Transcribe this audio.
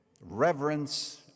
reverence